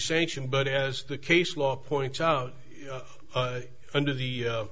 sanctioned but as the case law points out under the